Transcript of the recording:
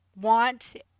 want